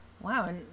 Wow